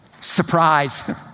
Surprise